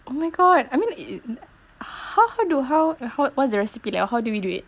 oh my god I mean it how how do how how was the recipe like how do we do it